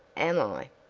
am i?